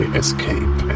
escape